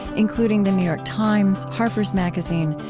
including the new york times, harper's magazine,